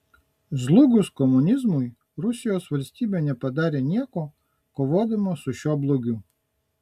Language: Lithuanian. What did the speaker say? žlugus komunizmui rusijos valstybė nepadarė nieko kovodama su šiuo blogiu